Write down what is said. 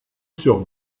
sur